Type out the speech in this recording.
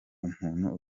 umuntu